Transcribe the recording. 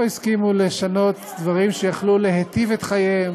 לא הסכימו לשנות דברים שיכלו להיטיב את חייהם,